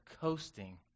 coasting